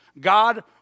God